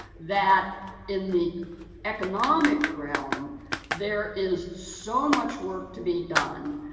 that in the economic realm there is so much work to be done,